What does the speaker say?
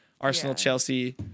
Arsenal-Chelsea